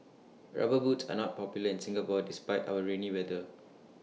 rubber boots are not popular in Singapore despite our rainy weather